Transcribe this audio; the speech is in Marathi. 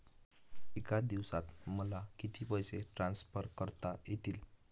एका दिवसात मला किती पैसे ट्रान्सफर करता येतील?